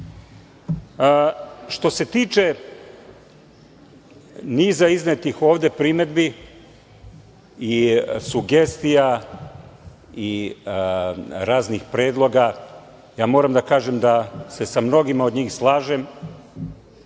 se tiče niza iznetih ove primedbi i sugestija i raznih predloga, moram da kažem da se sa mnogima od njih slažem